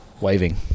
waving